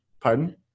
Pardon